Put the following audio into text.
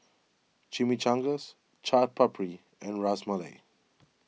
Chimichangas Chaat Papri and Ras Malai